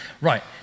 Right